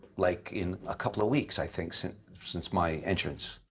like, in a couple of weeks, i think, since since my entrance.